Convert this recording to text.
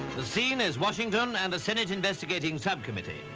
the scene is washington and the senate investigating subcommittee.